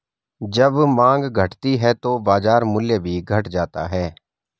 जब माँग घटती है तो बाजार मूल्य भी घट जाता है